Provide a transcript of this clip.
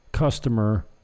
customer